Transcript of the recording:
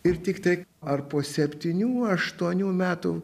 ir tik tai ar po septynių aštuonių metų